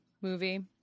movie